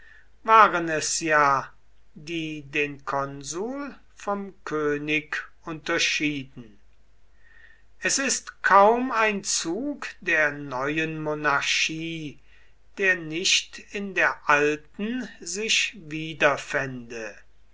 waren es ja die den konsul vom könig unterschieden es ist kaum ein zug der neuen monarchie der nicht in der alten sich wiederfände